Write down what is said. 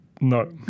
No